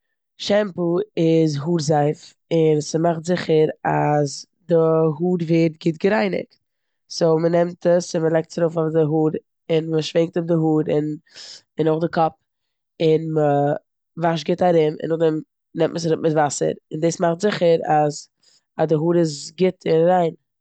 שעמפו איז האר זייף און ס'מאכט זיכער אז די האר ווערט גוט גערייניגט. סאו מ'נעמט עס און מ'לייגט עס ארויף אויף די האר און מ'שווענקט אפ די האר און- און אויך די קאפ און מ'וואשט גוט ארום און נאכדעם נעמט מען עס אראפ מיט וואסער און דא מאכט זיכער אז- א די האר איז גוט און שיין.